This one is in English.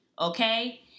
Okay